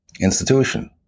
institution